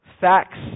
facts